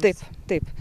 taip taip